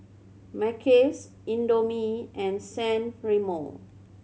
Mackays Indomie and San Remo